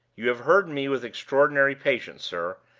you have heard me with extraordinary patience, sir,